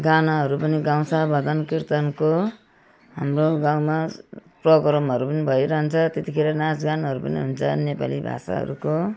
गानाहरू पनि गाउँछ भजनकीर्तनको हाम्रो गाउँमा प्रोग्रामहरू पनि भइरहन्छ त्यतिखेर नाचगानहरू पनि हुन्छ नेपाली भाषाहरूको